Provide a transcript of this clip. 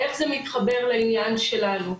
ואיך זה מתחבר לעניין שלנו?